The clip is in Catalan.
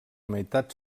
meitat